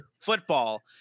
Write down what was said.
football